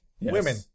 women